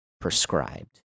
prescribed